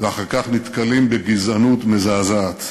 ואחר כך נתקלים בגזענות מזעזעת.